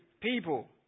people